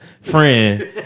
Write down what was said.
friend